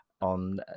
on